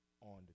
on